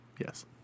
Yes